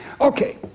Okay